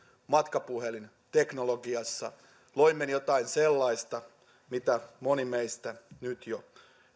matkapuhelinteknologiassa loimme jotain sellaista mitä moni meistä nyt jo